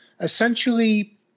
Essentially